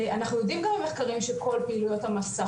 אנחנו יודעים גם על מחקרים שכל פעילויות המסך